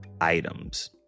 items